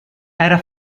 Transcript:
era